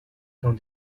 dans